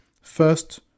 first